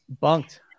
Bunked